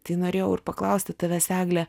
tai norėjau paklausti tavęs egle